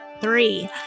three